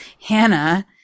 Hannah